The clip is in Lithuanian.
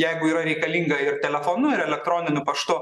jeigu yra reikalinga ir telefonu ir elektroniniu paštu